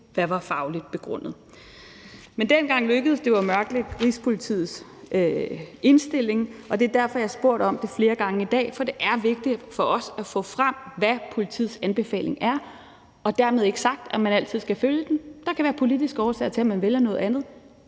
hvad var fagligt begrundet? Men dengang lykkedes det jo at mørklægge Rigspolitiets indstilling, og det er derfor, jeg har spurgt om det flere gange i dag, for det er vigtigt for os at få frem, hvad politiets anbefaling er. Dermed ikke sagt, at man altid skal følge den. Der kan være politiske årsager til, at man vælger noget andet,